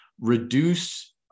reduce